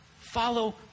follow